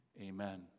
amen